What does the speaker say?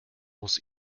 muss